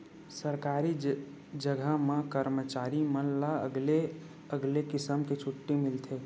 सरकारी जघा म करमचारी मन ला अलगे अलगे किसम के छुट्टी मिलथे